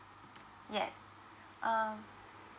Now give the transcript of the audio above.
yes um